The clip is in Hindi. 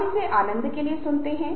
हम कुछ नए अंक खोज सकते हैं